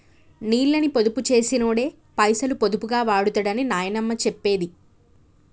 నీళ్ళని పొదుపు చేసినోడే పైసలు పొదుపుగా వాడుతడని నాయనమ్మ చెప్పేది